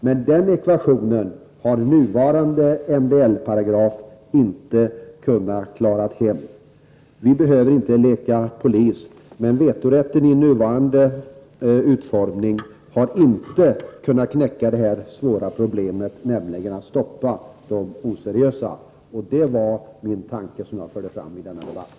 Men den ekvationen har nuvarande MBL-paragrafen inte kunnat klara helt. Vi behöver inte leka polis. Med vetorätten i dess nuvarande utformning har vi inte kunnat knäcka det stora problemet att sätta stopp för de oseriösa företagen. Den tanken ville jag föra fram i debatten.